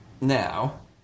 now